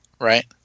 right